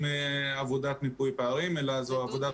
מבצעים עבודת מיפוי פערים אלא זו עבודת